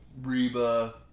Reba